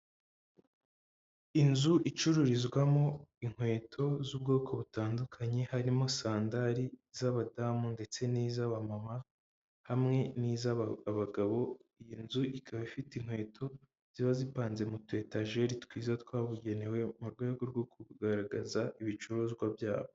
Inzu icururizwamo inkweto z'ubwoko butandukanye harimo sandari z'abadamu ndetse n'iz'aba mama, hamwe n'iz'abagabo, iyi nzu ikaba ifite inkweto ziba zipanze mu tutageri twiza twabugenewe mu rwego rwo kugaragaza ibicuruzwa byabo.